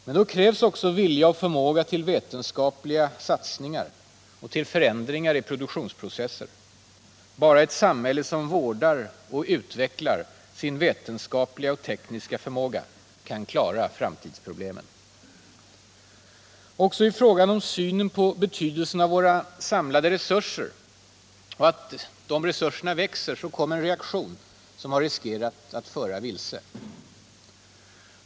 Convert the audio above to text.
Men då krävs också vilja och förmåga till vetenskapliga satsningar, till förändringar i produktionsprocesser. Bara ett samhälle som vårdar och utvecklar sin vetenskapliga och tekniska förmåga kan klara framtidsproblemen. Också i fråga om synen på betydelsen av att våra samlade resurser växer kom en reaktion som riskerat att föra vilse.